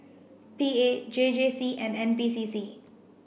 P A J J C and N P C C